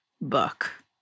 book